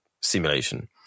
simulation